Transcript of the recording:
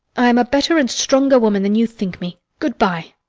i am a better and stronger woman than you think me. good-bye.